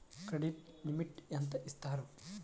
Credit limit ఎంత ఇస్తారు?